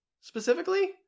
specifically